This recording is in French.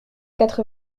quatre